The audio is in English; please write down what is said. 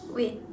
wait